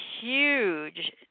huge